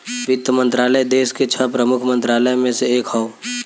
वित्त मंत्रालय देस के छह प्रमुख मंत्रालय में से एक हौ